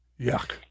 yuck